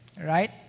Right